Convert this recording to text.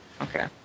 Okay